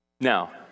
Now